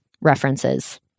references